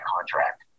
contract